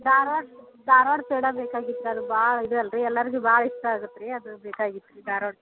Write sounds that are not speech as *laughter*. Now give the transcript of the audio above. ಧಾರ್ವಾಡ ಧಾರ್ವಾಡ ಪೇಡ ಬೇಕಾಗಿತ್ತು *unintelligible* ಭಾಳ ಇದಲ್ಲ ರೀ ಎಲ್ಲರಿಗೂ ಭಾಳ ಇಷ್ಟ ಆಗತ್ತೆ ರೀ ಅದು ಬೇಕಾಗಿತ್ತು ರೀ ಧಾರ್ವಾಡ ಪೇಡ